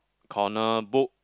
corner book